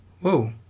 Whoa